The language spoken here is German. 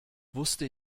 wusste